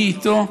מי איתו,